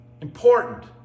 important